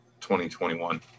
2021